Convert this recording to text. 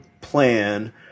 plan